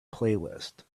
playlist